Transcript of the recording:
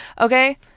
okay